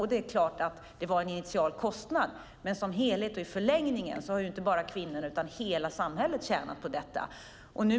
Givetvis var det en initial kostnad, men som helhet och i förlängningen har inte bara kvinnorna utan hela samhället tjänat på det.